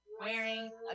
wearing